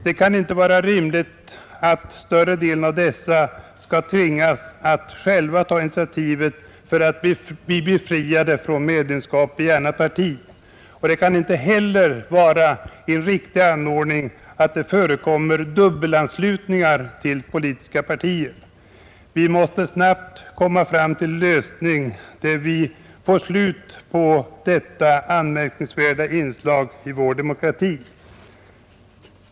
Det kan inte vara rimligt att större delen av dessa skall tvingas att själva ta initiativet för att bli befriade från medlemskap i annat parti, och det kan inte heller vara en riktig anordning att det förekommer dubbelanslutningar till politiska partier. Vi måste snabbt komma fram till en lösning där vi får slut på detta anmärkningsvärda inslag i vår demokrati.